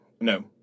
No